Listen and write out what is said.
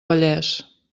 vallès